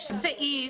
יש סעיף